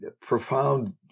profound